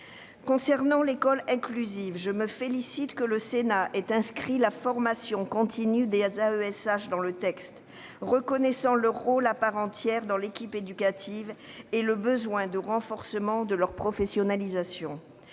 Concernant l'école inclusive, je me félicite de ce que le Sénat ait inscrit la formation continue des AESH dans le texte, reconnaissant ainsi leur rôle à part entière dans l'équipe éducative et le besoin de renforcement de leur professionnalisation.